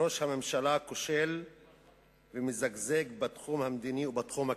"ראש הממשלה כושל ומזגזג בתחום המדיני ובתחום הכלכלי".